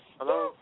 Hello